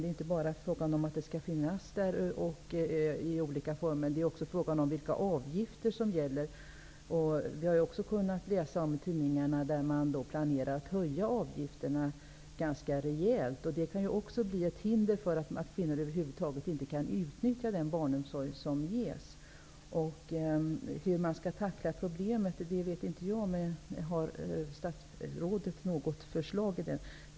Det är inte bara fråga om att den skall finnas i olika former. Det är också fråga om vilka avgifter som gäller. Vi har kunnat läsa om i tidningarna att man planerar att höja avgifterna ganska rejält. Det kan också bli ett hinder för kvinnor att över huvud taget kunna utnyttja den barnomsorg som ges. Hur man skall tackla problemet vet inte jag. Har statsrådet något förslag?